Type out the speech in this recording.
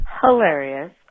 hilarious